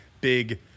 big